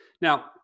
Now